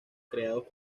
creados